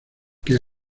que